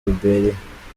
liberia